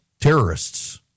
terrorists